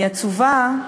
אני עצובה,